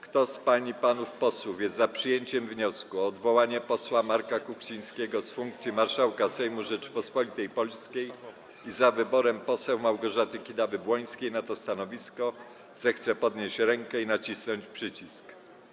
Kto z pań i panów posłów jest za przyjęciem wniosku o odwołanie posła Marka Kuchcińskiego z funkcji marszałka Sejmu Rzeczypospolitej Polskiej i za wyborem poseł Małgorzaty Kidawy-Błońskiej na to stanowisko, zechce podnieść rękę i nacisnąć przycisk.